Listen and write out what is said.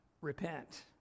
repent